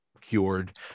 cured